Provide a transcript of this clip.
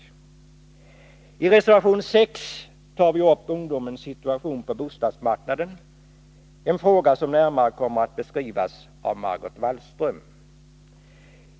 I reservation 6 tar vi upp ungdomens situation på bostadsmarknaden, en fråga som närmare kommer att beskrivas av Margot Wallström.